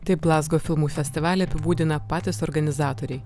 taip glazgo filmų festivalį apibūdina patys organizatoriai